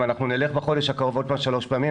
אם אנחנו נלך בחודש הקרוב עוד פעם שלוש פעמים,